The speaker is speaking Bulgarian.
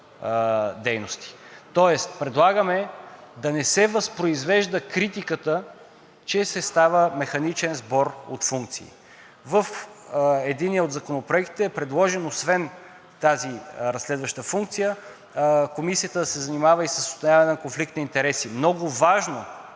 тоест предлагаме да не се възпроизвежда критиката, че става механичен сбор от функции. В единия от законопроектите е предложено, освен тази разследваща функция, Комисията да се занимава и с установяване на конфликт на интереси. Много важно,